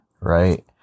right